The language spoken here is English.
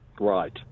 Right